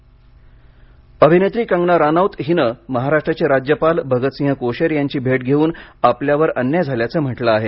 कंगना रानौत अभिनेत्री कंगना रानौत हिनं महाराष्ट्राचे राज्यपाल भगतसिंह कोश्यारी यांची भेट घेऊन आपल्यावर अन्याय झाल्याचं म्हटलं आहे